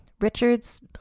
Richards